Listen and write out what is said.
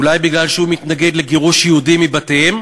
אולי מפני שהוא מתנגד לגירוש יהודים מבתיהם,